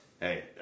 hey